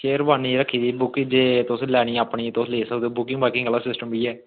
शेरवानी रक्खी दी तुसें अपनी लैनी ते लैओ बुकिंग आह्ला सिस्टम बी ऐ